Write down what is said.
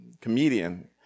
comedian